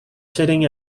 sitting